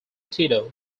tito